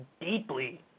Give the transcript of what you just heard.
deeply